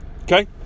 Okay